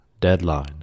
deadline